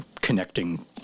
connecting